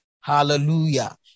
Hallelujah